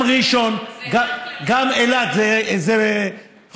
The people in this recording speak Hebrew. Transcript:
גם ראשון, גם אילת, זה היתר כללי?